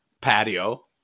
patio